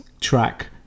track